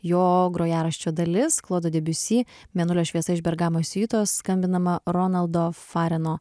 jo grojaraščio dalis klodo debiusi mėnulio šviesa iš bergamo siuitos skambinama ronaldo fareno